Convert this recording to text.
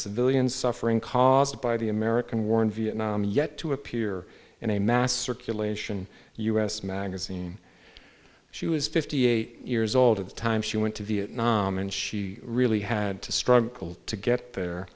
civilian suffering caused by the american war in vietnam yet to appear in a mass circulation us magazine she was fifty eight years old at the time she went to vietnam and she really had to struggle to get